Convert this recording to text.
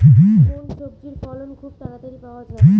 কোন সবজির ফলন খুব তাড়াতাড়ি পাওয়া যায়?